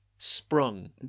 sprung